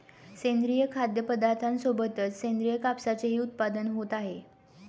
सेंद्रिय खाद्यपदार्थांसोबतच सेंद्रिय कापसाचेही उत्पादन होत आहे